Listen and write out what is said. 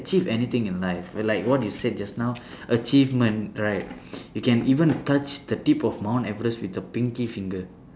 achieve anything in life like what you said just know achievement right you can even touch the tip of mount everest with a pinky finger